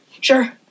Sure